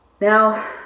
Now